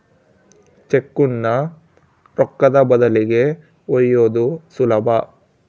ಚೆಕ್ಕುನ್ನ ರೊಕ್ಕದ ಬದಲಿಗಿ ಒಯ್ಯೋದು ಸುಲಭ